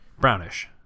Brownish